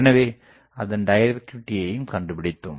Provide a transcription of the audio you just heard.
எனவே அதன் டிரக்டிவிடியையும் கண்டுபிடித்தோம்